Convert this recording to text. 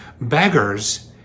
beggars